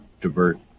divert